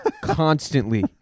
constantly